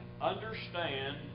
understand